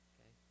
Okay